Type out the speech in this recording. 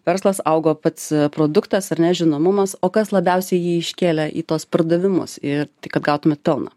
verslas augo pats produktas ar ne žinomumas o kas labiausiai jį iškėlė į tuos pardavimus ir tai kad gautumėt pelną